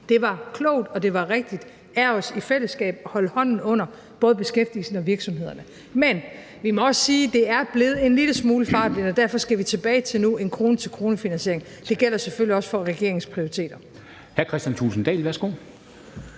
Det var klogt, og det var rigtig af os i fællesskab at holde hånden under både beskæftigelsen og virksomhederne. Men vi må også sige, at det er blevet en lille smule fartblindt, og derfor skal vi nu tilbage til en krone til krone-finansiering. Det gælder selvfølgelig også for regeringens prioriteter.